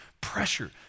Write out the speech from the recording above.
pressure